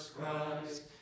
Christ